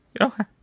Okay